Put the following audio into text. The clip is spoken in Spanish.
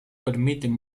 permiten